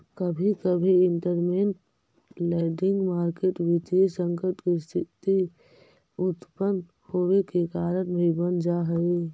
कभी कभी इंटरमेंट लैंडिंग मार्केट वित्तीय संकट के स्थिति उत्पन होवे के कारण भी बन जा हई